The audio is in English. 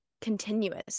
continuous